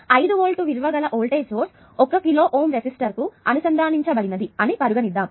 5 volt విలువ గల voltage source 1 కిలోΩ రెసిస్టర్కు అనుసంధానించబడినది అని పరిగణిద్దాము